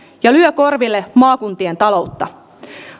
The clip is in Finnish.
ja lyö korville maakuntien taloutta